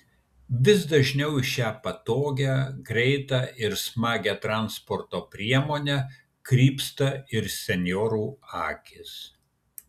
vis dažniau į šią patogią greitą ir smagią transporto priemonę krypsta ir senjorų akys